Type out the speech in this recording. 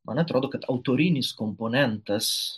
man atrodo kad autorinis komponentas